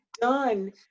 done